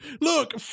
Look